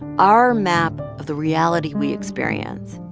our map of the reality we experience.